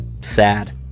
Sad